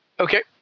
Okay